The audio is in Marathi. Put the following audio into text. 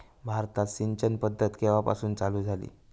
भारतात सिंचन पद्धत केवापासून चालू झाली?